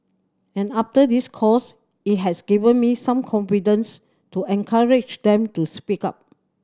and after this course it has given me some confidence to encourage them to speak up